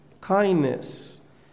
kindness